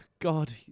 God